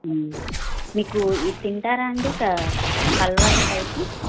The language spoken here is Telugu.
మీకు ఇది తింటారా అండి హల్వా టైపు